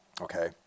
Okay